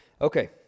Okay